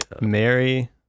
Mary